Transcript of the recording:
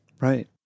right